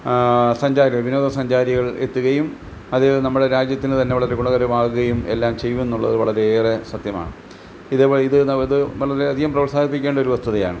സഞ്ചാരികൾ വിനോദസഞ്ചാരികൾ എത്തുകയും അതിൽ നമ്മുടെ രാജ്യത്തിന് തന്നെ വളരെ ഗുണകരമാവുകയും എല്ലാം ചെയ്യുവെന്നുള്ളത് വളരെയേറെ സത്യമാണ് ഇതേ വഴി ഇത് ഇത് വളരെയധികം പ്രോത്സാഹിപ്പിക്കേണ്ടൊരു വസ്തുതയാണ്